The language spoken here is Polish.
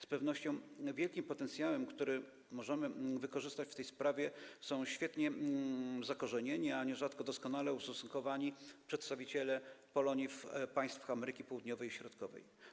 Z pewnością wielkim potencjałem, który możemy wykorzystać w tej sprawie, są świetnie zakorzenieni, a nierzadko doskonale ustosunkowani przedstawiciele Polonii w państwach Ameryki Południowej i Środkowej.